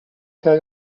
què